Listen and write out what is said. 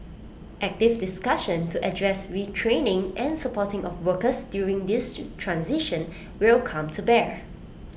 active discussion to address retraining and supporting of workers during this transition will come to bear